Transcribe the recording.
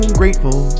grateful